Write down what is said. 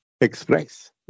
Express